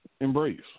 embrace